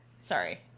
Sorry